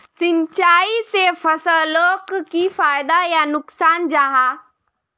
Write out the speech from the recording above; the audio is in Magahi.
सिंचाई से फसलोक की फायदा या नुकसान जाहा?